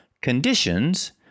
conditions